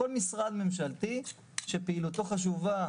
כמו כל משרד ממשלתי שפעילותו חשובה